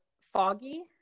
foggy